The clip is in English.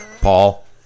Paul